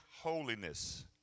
holiness